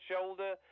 shoulder